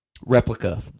replica